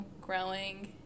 growing